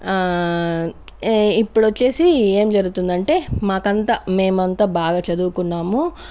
ఇప్పుడొచ్చేసి ఏం జరుగుతుందంటే మాకంత మేమంత బాగా చదువుకున్నాము